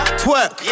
twerk